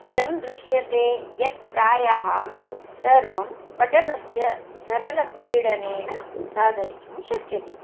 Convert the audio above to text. इदं दृश्यते यत् प्रायः सर्वं बटनस्य सरलपीडनेन साधयितुं शक्यते